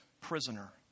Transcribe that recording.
prisoner